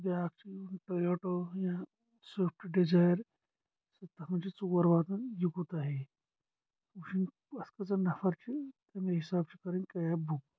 بیٛاکھ چھِ ٹوٚیوٹو یا سٕوِفٹ ڈِزایَر سُہ تَتھ منٛز چھِ ژور واتان یہِ کوٗتاہ ہیٚیہِ وٕچھُن اَتھ کۭژاہ نفر چھِ تَمے حساب چھِ کَرٕنۍ کیب بُک